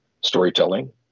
storytelling